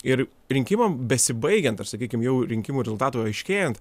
ir rinkimam besibaigiant ar sakykim jau rinkimų rezultatų aiškėjant